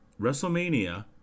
WrestleMania